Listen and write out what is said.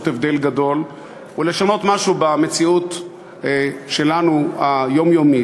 הבדל גדול ולשנות משהו במציאות שלנו היומיומית,